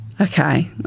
okay